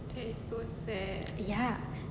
ya